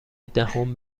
دهم